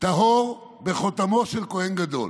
טהור בחותמו של כוהן גדול.